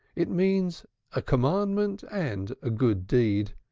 it means a commandment and a good deed,